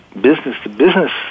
business-to-business